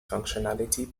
functionality